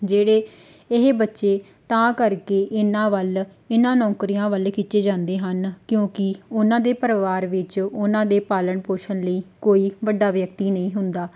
ਜਿਹੜੇ ਇਹ ਬੱਚੇ ਤਾਂ ਕਰਕੇ ਇਹਨਾਂ ਵੱਲ ਇਹਨਾਂ ਨੌਕਰੀਆਂ ਵੱਲ ਖਿੱਚੇ ਜਾਂਦੇ ਹਨ ਕਿਉਂਕਿ ਉਹਨਾਂ ਦੇ ਪਰਿਵਾਰ ਵਿੱਚ ਉਹਨਾਂ ਦੇ ਪਾਲਣ ਪੋਸ਼ਣ ਲਈ ਕੋਈ ਵੱਡਾ ਵਿਅਕਤੀ ਨਹੀਂ ਹੁੰਦਾ